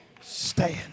Stand